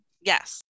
Yes